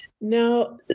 now